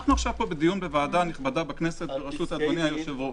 אנחנו פה עכשיו בדיון בוועדה נכבדה בכנסת בראשות אדוני היושב-ראש.